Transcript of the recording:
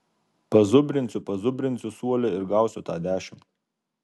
pazubrinsiu pazubrinsiu suole ir gausiu tą dešimt